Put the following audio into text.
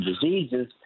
diseases